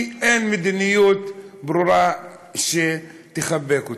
כי אין מדיניות ברורה שתחבק אותו.